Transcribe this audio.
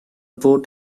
boat